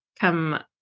come